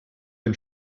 den